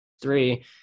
three